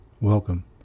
Welcome